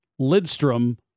Lidstrom